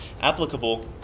applicable